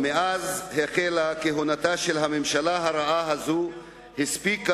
מאז החלה כהונתה של הממשלה הרעה הזאת הספיקה